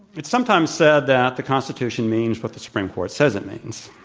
it's sometimes said that the constitution means what the supreme court says itmeans,